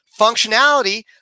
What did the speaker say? functionality